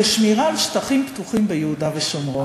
לשמירה על שטחים פתוחים ביהודה ושומרון.